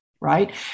right